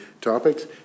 topics